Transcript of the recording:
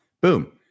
Boom